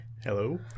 Hello